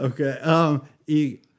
Okay